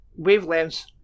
wavelengths